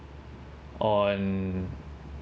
on